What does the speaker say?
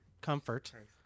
comfort